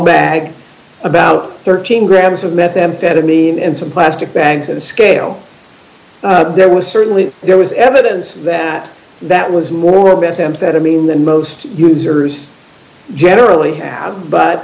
bag about thirteen grams of methamphetamine and some plastic bags of a scale there was certainly there was evidence that that was more bass amphetamine than most users generally have but